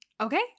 Okay